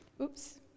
Oops